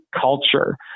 culture